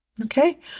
Okay